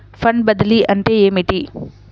Fund బదిలీ అంటే ఏమిటి?